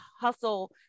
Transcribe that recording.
hustle